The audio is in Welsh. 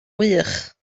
wych